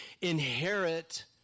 inherit